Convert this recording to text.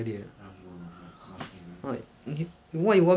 don't then is I don't need to play tonight then I end already